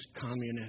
communist